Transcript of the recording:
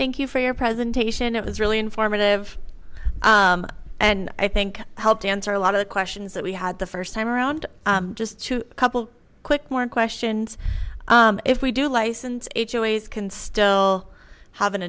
thank you for your presentation it was really informative and i think helped answer a lot of the questions that we had the first time around just to a couple quick more questions if we do licensed hoas can still have an